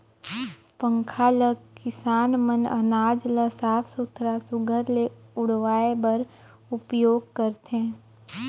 पंखा ल किसान मन अनाज ल साफ सुथरा सुग्घर ले उड़वाए बर उपियोग करथे